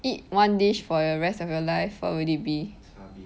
eat one dish for your rest of your life what would it be